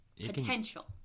potential